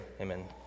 Amen